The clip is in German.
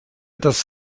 das